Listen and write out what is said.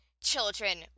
children